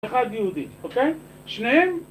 אחד יהודי, אוקיי? שניהם